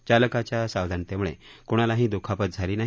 चालकाच्या सावधानतेमुळे कुणालाही दखापत झाली नाही